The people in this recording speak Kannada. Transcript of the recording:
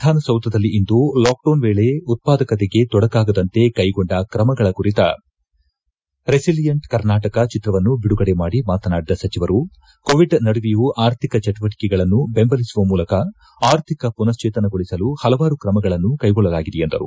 ವಿಧಾನಸೌಧದಲ್ಲಿಂದು ಲಾಕ್ ಡೌನ್ ವೇಳಿ ಉತ್ಪಾದನೆಗೆ ತೊಡಕಾಗದಂತೆ ಕೈಗೊಂಡ ಕ್ರಮಗಳ ಕುರಿತ ರೆಸಿಲಿಯಂಟ್ ಕರ್ನಾಟಕ ಚಿತ್ರವನ್ನು ಬಿಡುಗಡೆ ಮಾಡಿ ಮಾತನಾಡಿದ ಸಚಿವರು ಕೋವಿಡ್ ನಡುವೆಯೂ ಅರ್ಥಿಕ ಚಟುವಟಿಕೆಗಳನ್ನು ಬೆಂಬಲಿಸುವ ಮೂಲಕ ಆರ್ಥಿಕ ಪುನಶ್ವೇತನಗೊಳಿಸಲು ಹಲವಾರು ಕ್ರಮಗಳನ್ನು ಕೈಗೊಳ್ಳಲಾಗಿದೆ ಎಂದರು